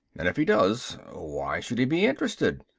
and if he does why should he be interested?